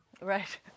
Right